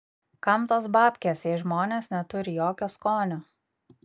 kam tos babkės jei žmonės neturi jokio skonio